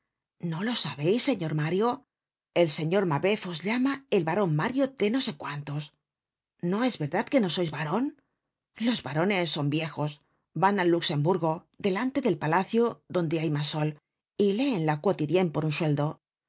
no lo sabeis señor mario el señor mabeuf os llama el baron mario de no sé cuántos no es verdad que no sois baron los barones son viejos van al luxemburgo delante del palacio donde hay mas sol y leen la quotidien nfí por un sueldo